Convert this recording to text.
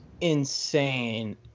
insane